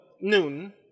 noon